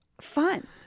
fun